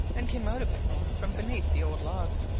and came out a bit more from beneath the old log.